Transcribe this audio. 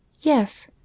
Yes